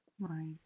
Right